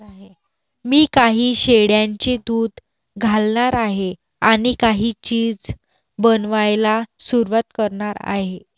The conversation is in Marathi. मी काही शेळ्यांचे दूध घालणार आहे आणि काही चीज बनवायला सुरुवात करणार आहे